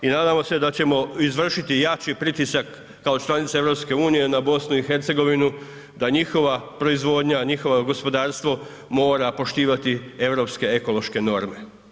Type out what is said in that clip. I nadamo se da ćemo izvršiti jači pritisak kao članica EU na BiH da njihova proizvodnja, njihovo gospodarstvo mora poštivati europske ekološke norme.